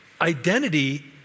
identity